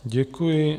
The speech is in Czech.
Děkuji.